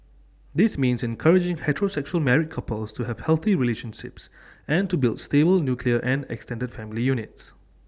this means encouraging heterosexual married couples to have healthy relationships and to build stable nuclear and extended family units